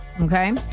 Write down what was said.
Okay